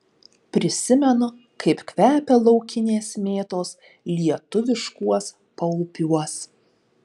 prisimenu kaip kvepia laukinės mėtos lietuviškuos paupiuos